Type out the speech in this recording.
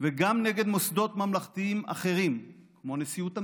וגם נגד מוסדות ממלכתיים אחרים כמו נשיאות המדינה.